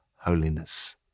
holiness